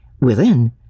Within